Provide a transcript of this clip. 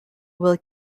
will